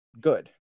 good